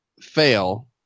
fail